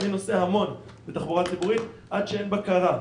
שום דבר ואני נוסע המון בתחבורה ציבורית עד שאין בקרה.